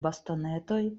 bastonetoj